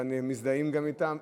ומזדהים גם אתם,